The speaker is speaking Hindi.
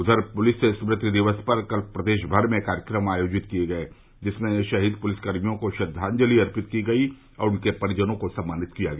उधर पुलिस स्मृति दिक्स पर कल प्रदेश भर में कार्यक्रम आयोजित किये गये जिसमें शहीद पुलिसकर्मियों को श्रद्वांजलि अर्पित की गयी और उनके परिजनों को सम्मानित किया गया